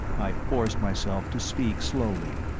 i forced myself to speak slowly